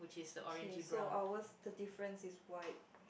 okay so our the difference is quite